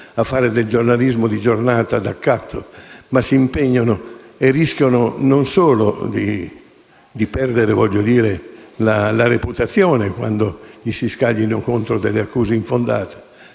a fare giornalismo di giornata, d'accatto, ma si impegnano e rischiano, non solo di perdere la reputazione quando gli si scaglino contro accuse infondate.